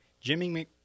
jimmy